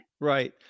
right